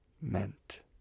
meant